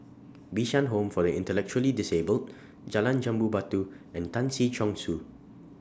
Bishan Home For The Intellectually Disabled Jalan Jambu Batu and Tan Si Chong Su